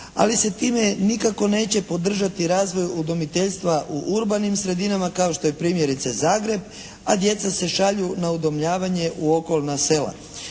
ali se time nikako neće podržati razvoj udomiteljstva u urbanim sredinama kao što je primjerice Zagreb, a djeca se šalju na udomljavanje u okolna sela.